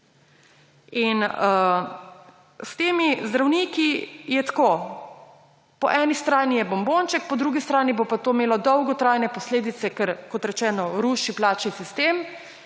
in s temi zdravniki je tako, po eni strani je bombonček, po drugi strani bo pa to imelo dolgotrajne posledice, ker, kot rečeno, ruši plačni sistem